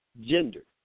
gender